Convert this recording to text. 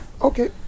Okay